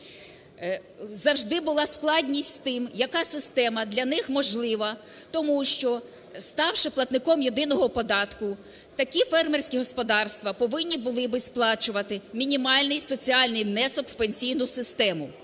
Завжди була складність з тим, яка система для них можлива, тому що, ставши платником єдиного податку, такі фермерські господарства повинні були б сплачувати мінімальний соціальний внесок в пенсійну систему.